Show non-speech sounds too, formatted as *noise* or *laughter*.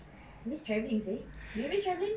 *noise* miss travelling eh do you miss travelling